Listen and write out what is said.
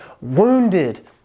wounded